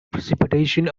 precipitation